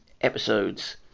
episodes